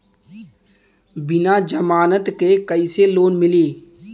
बिना जमानत क कइसे लोन मिली?